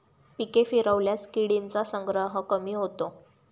पिके फिरवल्यास किडींचा संग्रह कमी होतो